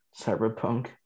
Cyberpunk